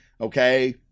okay